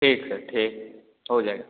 ठीक सर ठीक हो जाएगा